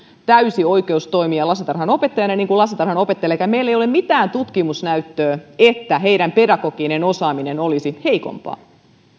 täysi oikeus toimia lastentarhanopettajina niin kuin lastentarhanopettajillakin meillä ole mitään tutkimusnäyttöä että heidän pedagoginen osaamisensa olisi heikompaa